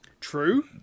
True